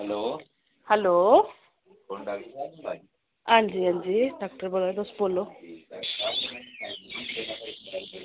hello कुन doctor साह्ब बोल्ला दे हां जी हां जा डाक्टर बोल्ला दे तुस बोलो